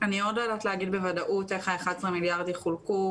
אני עוד לא יודעת להגיד בוודאות איך ה-11 מיליארד יחולקו,